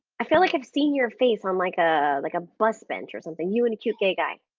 i feel like i've seen your face on like a, like a bus bench or something, you and a cute gay guy.